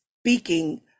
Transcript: speaking